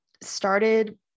started